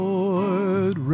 Lord